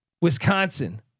Wisconsin